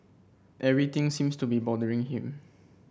everything seems to be bothering him